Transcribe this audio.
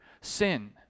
sin